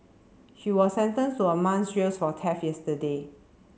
she was sentenced to a month's jails for theft yesterday